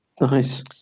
Nice